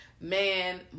Man